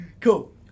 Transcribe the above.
Cool